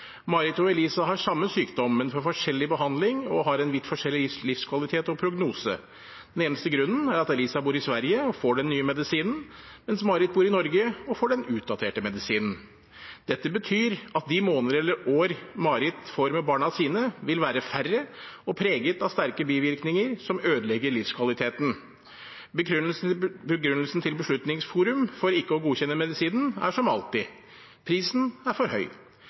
har samme sykdom, men får forskjellig behandling og har en vidt forskjellig livskvalitet og prognose. Den eneste grunnen er at Eliza bor i Sverige og får den nye medisinen, mens Marit bor i Norge og får den utdaterte medisinen. Dette betyr at de måneder eller år Marit får med barna sine, vil være færre og preget av sterke bivirkninger som ødelegger livskvaliteten. Begrunnelsen til Beslutningsforum for ikke å godkjenne medisinen er som alltid: Prisen er for høy.